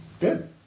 Good